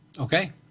Okay